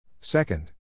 Second